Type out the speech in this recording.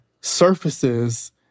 surfaces